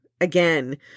again